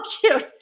cute